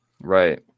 right